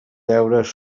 deures